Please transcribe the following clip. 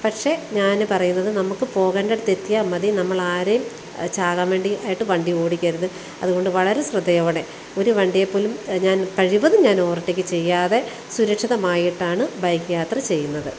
പക്ഷേ ഞാൻ പറയുന്നത് നമുക്ക് പോകേണ്ടടുത്ത് എത്തിയാൽ മതി നമ്മളാരെയും ചാകാൻ വേണ്ടി ആയിട്ട് വണ്ടി ഓടിക്കരുത് അതുകൊണ്ട് വളരെ ശ്രദ്ധയോടെ ഒരു വണ്ടിയെപ്പോലും ഞാൻ കഴിവതും ഞാൻ ഓവർടേക്ക് ചെയ്യാതെ സുരക്ഷിതമായിട്ടാണ് ബൈക്ക് യാത്ര ചെയ്യുന്നത്